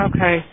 Okay